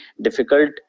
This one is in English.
difficult